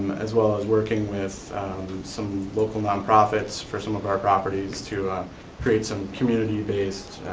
as well as working with some local non-profits for some of our properties to create some community-based